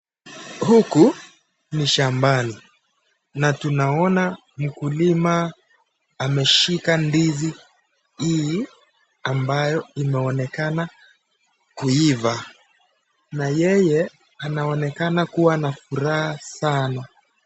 Huku ni shambani na tunaona mkulima ameshika ndizi hii ambayo imeonekana kuiva na yeye anaonekana kuwa na furaha sana.